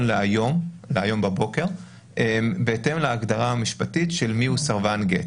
להיום בבוקר בהתאם להגדרה המשפטית של מי הוא סרבן גט.